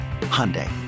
Hyundai